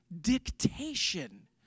dictation